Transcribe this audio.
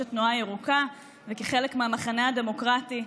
התנועה הירוקה וכחלק מהמחנה הדמוקרטי,